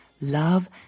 love